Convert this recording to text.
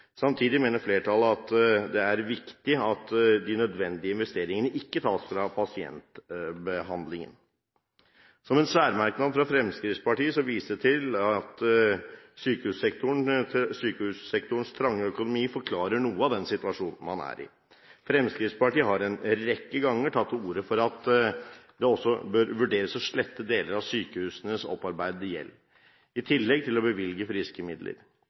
Samtidig mener flertallet at det er viktig at de nødvendige investeringene ikke tas fra pasientbehandlingen. I en særmerknad fra Fremskrittspartiet vises det til at sykehussektorens trange økonomi forklarer noe av den situasjonen man er i. Fremskrittspartiet har en rekke ganger tatt til orde for at det også bør vurderes å slette deler av sykehusenes opparbeidede gjeld, i tillegg til å bevilge